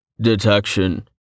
Detection